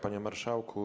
Panie Marszałku!